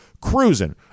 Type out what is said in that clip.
cruising